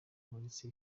yeretse